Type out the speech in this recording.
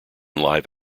live